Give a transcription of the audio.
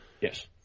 Yes